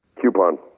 Coupon